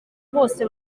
bose